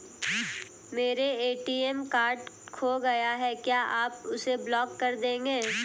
मेरा ATM card खो गया है क्या आप उसे ब्लॉक कर देंगे?